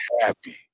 happy